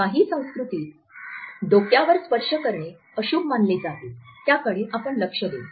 काही संस्कृतीत डोक्यावर स्पर्श करणे अशुभ मानले जाते त्याकडे आपण लक्ष देऊ